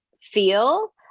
feel